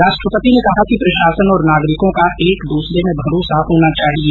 राष्ट्रपति ने कहा कि प्रशासन और नागरिकों का एक दूसरे में भरोसा होना चाहिए